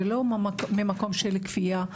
ולא ממקום של כפייה,